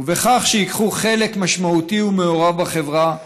בכך שייקחו חלק משמעותי ומעורב בחברה,